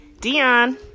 Dion